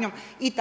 (SDP)**